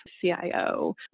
CIO